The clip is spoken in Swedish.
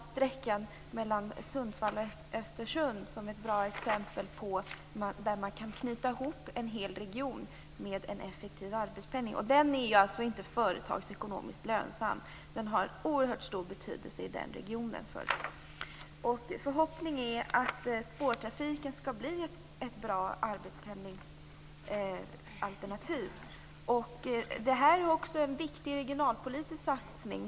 Sträckan Sundsvall-Östersund är ett bra exempel på att man kan knyta ihop en hel region med en effektiv arbetspendling. Den är inte företagsekonomiskt lönsam, men den har oerhört stor betydelse för regionen i fråga. Förhoppningen är den att spårtrafiken skall bli ett bra arbetspendlingsalternativ. Detta är också en viktig regionalpolitisk satsning.